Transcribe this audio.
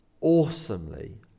awesomely